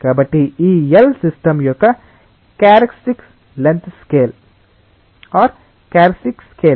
కాబట్టి ఈ L system యొక్క క్యారెక్టర్స్టిక్ స్కేల్ లెంగ్త్